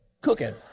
cooking